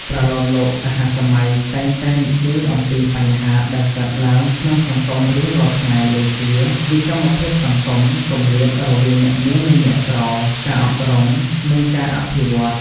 ប្រលោមលោកសហសម័យតែងតែនិយាយអំពីបញ្ហាដែលកើតឡើងក្នុងសង្គមរៀងរាល់ថ្ងៃ ដូចជា វិសមភាពសង្គម គម្លាតរវាងអ្នកមាននិងអ្នកក្រ ការអប់រំ និងការអភិវឌ្ឍន៍។